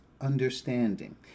understanding